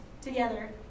together